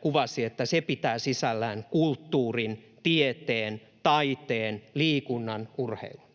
kuvasi, että se pitää sisällään kulttuurin, tieteen, taiteen, liikunnan ja urheilun.